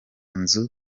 nzu